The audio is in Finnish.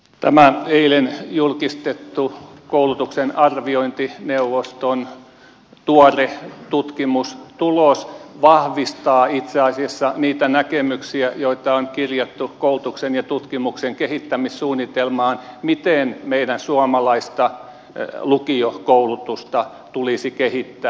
tämä eilen julkistettu koulutuksen arviointineuvoston tuore tutkimustulos vahvistaa itse asiassa niitä näkemyksiä joita on kirjattu koulutuksen ja tutkimuksen kehittämissuunnitelmaan miten meidän suomalaista lukiokoulutustamme tulisi kehittää